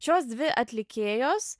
šios dvi atlikėjos